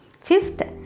fifth